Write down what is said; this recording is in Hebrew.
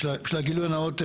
בשביל הגילוי הנאות,